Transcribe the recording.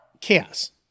chaos